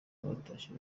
batashye